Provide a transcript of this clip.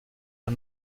man